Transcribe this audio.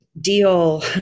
deal